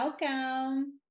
Welcome